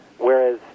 Whereas